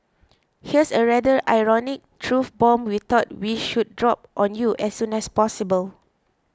here's a rather ironic truth bomb we thought we should drop on you as soon as possible